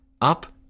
up